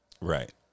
Right